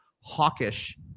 hawkish